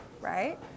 right